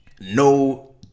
No